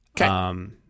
Okay